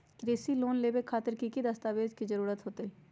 कृषि लोन लेबे खातिर की की दस्तावेज के जरूरत होतई?